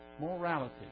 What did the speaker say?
Morality